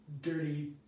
dirty